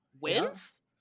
wins